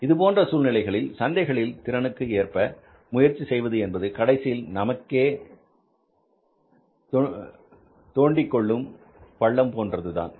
இதுபோன்ற சூழ்நிலைகளில் சந்தைகளில் திறனுக்கு ஏற்ப முயற்சி செய்வது என்பது கடைசியில் நமக்கே தோண்டி கொள்ளும் பள்ளம் போன்றதுதான்